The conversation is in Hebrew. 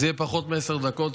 זה יהיה פחות מעשר דקות.